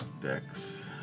decks